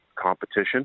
competition